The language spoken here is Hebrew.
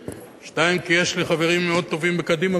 2. כי יש לי חברים מאוד טובים בקדימה,